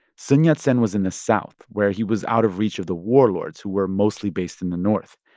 sun yat-sen was in the south, where he was out of reach of the warlords, who were mostly based in the north.